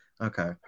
Okay